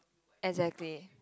exactly